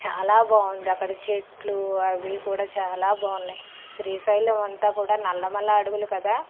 చాలా బాగుంది అక్కడ చెట్లు అవి కూడా చాలా బాగున్నాయి శ్రీశైలం అంతా కూడా నల్లమల అడవులు కదా